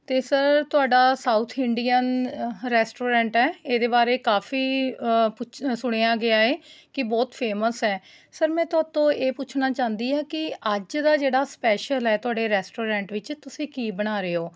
ਅਤੇ ਸਰ ਤੁਹਾਡਾ south Indian restaurant ਹੈ ਇਹਦੇ ਬਾਰੇ ਕਾਫੀ ਪੁੱਛ ਸੁਣਿਆ ਗਿਆ ਹੈ ਕਿ ਬਹੁਤ ਫੇਮਸ ਹੈ ਸਰ ਮੈਂ ਤੁਹਾਤੋਂ ਇਹ ਪੁੱਛਣਾ ਚਾਹੁੰਦੀ ਹਾਂ ਕਿ ਅੱਜ ਦਾ ਜਿਹੜਾ ਸਪੈਸ਼ਲ ਹੈ ਤੁਹਾਡੇ ਰੈਸਟੋਰੈਂਟ ਵਿੱਚ ਤੁਸੀਂ ਕੀ ਬਣਾ ਰਹੇ ਹੋ